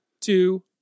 two